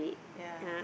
ya